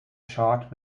chart